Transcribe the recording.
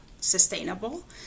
sustainable